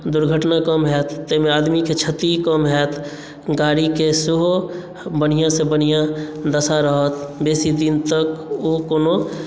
दुर्घटना कम होयत ताहि मे आदमीकेॅं क्षति कम होयत गाड़ीकेँ सेहो बढ़ियाॅं से बढ़ियाॅं दशा रहत बेसी दिन तक ओ कोनो